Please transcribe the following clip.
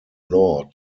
law